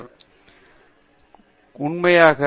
பேராசிரியர் தீபா வெங்கடேஷ் உண்மையாக